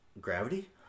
Gravity